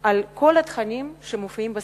לכל התכנים שמופיעים בספרים.